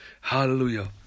Hallelujah